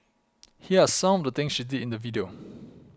here are some of the things she did in the video